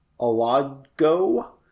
Alago